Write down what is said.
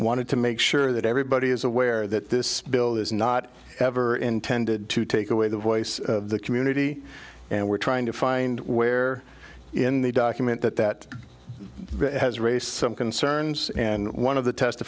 wanted to make sure that everybody is aware that this bill is not ever intended to take away the voice of the community and we're trying to find where in the document that that has raced some concerns and one of the